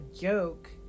joke